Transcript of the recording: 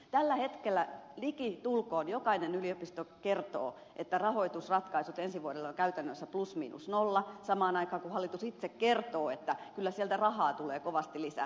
tällä hetkellä likitulkoon jokainen yliopisto kertoo että rahoitusratkaisut ensi vuodelle ovat käytännössä plus miinus nolla samaan aikaan kun hallitus itse kertoo että kyllä sieltä rahaa tulee kovasti lisää